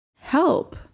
help